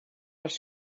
els